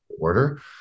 order